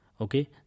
Okay